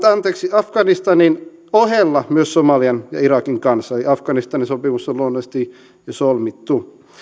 afganistanin ohella myös somalian ja irakin kanssa afganistanin sopimus on jo solmittu